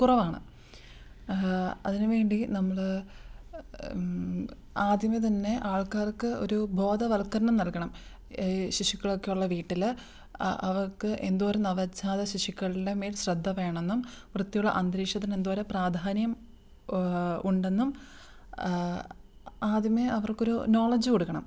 കുറവാണ് അതിനു വേണ്ടി നമ്മൾ ആദ്യമേ തന്നെ ആൾക്കാർക്ക് ഒരു ബോധവൽക്കരണം നൽകണം ഈ ശിശുക്കളൊക്കെ ഒള്ള വീട്ടിൽ അവർക്ക് എന്തോരം നവജാത ശിശുക്കളുടെ മേൽ ശ്രദ്ധ വേണം എന്നും വൃത്തിയുള്ള അന്തരീക്ഷത്തിന് എന്തോരം പ്രാധാന്യം ഉണ്ടെന്നും ആദ്യമേ അവർക്ക് ഒരു നോളഡ്ജ് കൊടുക്കണം